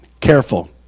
Careful